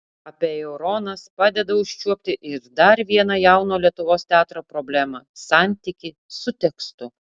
apeironas padeda užčiuopti ir dar vieną jauno lietuvos teatro problemą santykį su tekstu